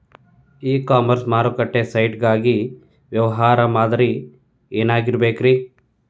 E commerce ಮಾರುಕಟ್ಟೆ site ಗಾಗಿ ವ್ಯವಹಾರ ಮಾದರಿ ಏನಾಗಿರಬೇಕ್ರಿ?